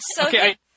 Okay